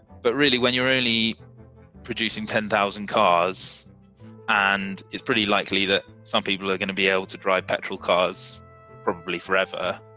but really, when you're really producing ten thousand cores and it's pretty likely that some people are going to be able to drive petrol cores probably forever,